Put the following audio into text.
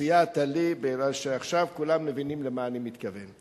סייעת לי מפני שעכשיו כולם מבינים למה אני מתכוון.